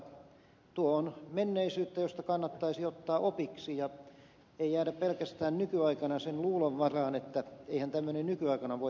tuo on menneisyyttä josta kannattaisi ottaa opiksi ei jäädä nykyaikana pelkästään sen luulon varaan että eihän tämmöinen nykyaikana voi tapahtua